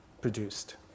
produced